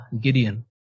Gideon